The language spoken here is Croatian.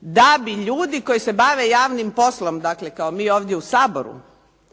da bi ljudi koji se bave javnim poslom, dakle kao mi ovdje u Saboru,